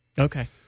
Okay